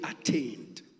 attained